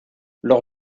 lors